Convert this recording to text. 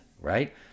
right